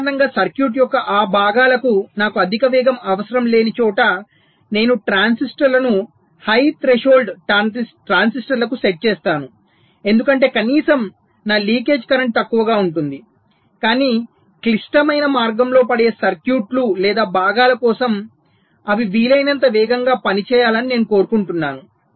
సాధారణంగా సర్క్యూట్ యొక్క ఆ భాగాలకు నాకు అధిక వేగం అవసరం లేని చోట నేను ట్రాన్సిస్టర్లను హై థ్రెషోల్డ్ ట్రాన్సిస్టర్లకు సెట్ చేస్తాను ఎందుకంటే కనీసం నా లీకేజ్ కరెంట్ తక్కువగా ఉంటుంది కానీ క్లిష్టమైన మార్గంలో పడే సర్క్యూట్లు లేదా భాగాల కోసం అవి వీలైనంత వేగంగా పనిచేయాలని నేను కోరుకుంటున్నాను